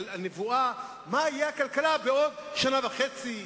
את הנבואה מה תהיה הכלכלה בעוד שנה וחצי,